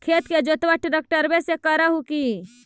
खेत के जोतबा ट्रकटर्बे से कर हू की?